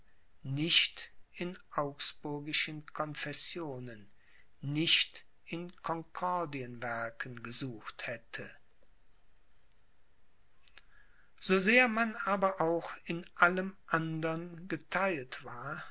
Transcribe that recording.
nicht in augsburgischen confessionen nicht in concordienwerken gesucht hätte so sehr man aber auch in allem andern getheilt war